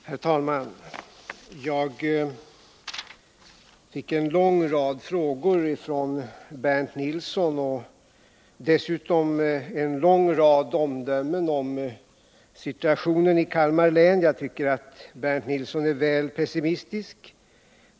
Herr talman! Jag fick en lång rad frågor från Bernt Nilsson. Dessutom fick jag en lång rad omdömen om situationen i Kalmar län. Jag tycker att Bernt Nilsson är väl pessimistisk.